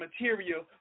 material